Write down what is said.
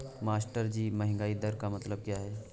मास्टरजी महंगाई दर का मतलब क्या है?